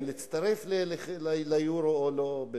אם להצטרף ליורו או לא,